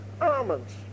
almonds